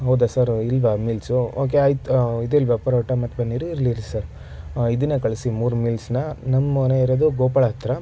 ಹೌದಾ ಸರ್ ಇಲ್ವಾ meals okay ಆಯಿತು ಇದಿಲ್ವಾ ಪರೋಟ ಮತ್ತು ಪನೀರು ಇರಲಿ ಇರಿ ಸರ್ ಇದನ್ನೇ ಕಳಿಸಿ ಮೂರು ಮೀಲ್ಸನ್ನ ನಮ್ಮನೆ ಇರೋದು ಗೋಪಾಳ್ ಹತ್ತಿರ